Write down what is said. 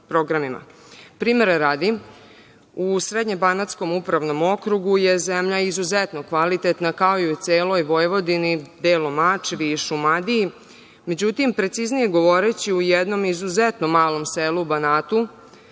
Primera radi, u Srednjem banatskom upravnom okrugu je zemlja izuzetno kvalitetna, kao i u celoj Vojvodini, delom Mačvi, Šumadiji.Međutim, preciznije govoreći, u jednom izuzetno malom selu u Banatu,